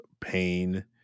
pain